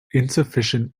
insufficient